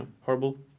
horrible